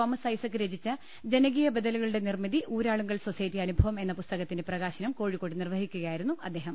Thomas Isaac രചിച്ച് ജനകീയ ബദലുകളുടെ നിർമ്മിതി ഊരാളുങ്കൽ സൊസൈറ്റി അനുഭവം എന്ന പുസ്തകത്തിന്റെ പ്രകാ ശനം കോഴിക്കോട്ട് നിർവ്വഹിക്കുകയായിരുന്നു അദ്ദേഹം